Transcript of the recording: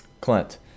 Clint